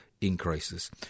increases